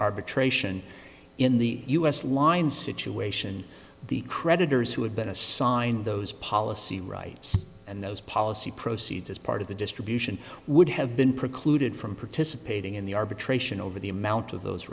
arbitration in the us line situation the creditors who had been assigned those policy rights and those policy proceeds as part of the distribution would have been precluded from participating in the arbitration over the amount of those